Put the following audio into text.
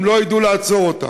אם לא ידעו לעצור אותה.